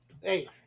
hey